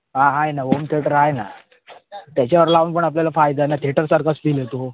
हां आहे ना होम थेटर आहे ना त्याच्यावर लावून पण आपल्याला फायदा ना थेटरसारखाच फील येतो